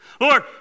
Lord